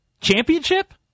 Championship